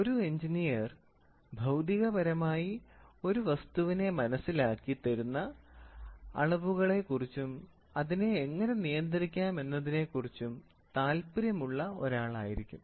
ഒരു എഞ്ചിനീയർ ഭൌതികപരമായി ഒരു വസ്തുവിനെ മനസ്സിലാക്കി തരുന്ന അളവുകളെക്കുറിച്ചും അതിനെ എങ്ങനെ നിയന്ത്രിക്കാം എന്നതിനെക്കുറിച്ചും താല്പര്യമുള്ള ഒരാളായിരിക്കും